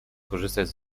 korzystać